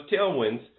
tailwinds